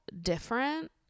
different